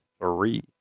three